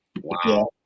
wow